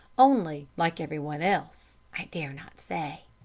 only, like everyone else, i dare not say.